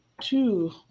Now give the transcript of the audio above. two